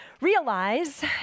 realize